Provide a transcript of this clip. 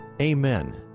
Amen